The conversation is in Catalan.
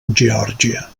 geòrgia